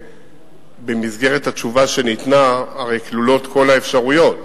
במסגרת התשובה שניתנה הרי כלולות כל האפשרויות.